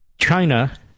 China